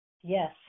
Yes